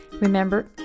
Remember